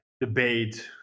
debate